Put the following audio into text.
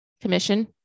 commission